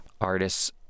Artists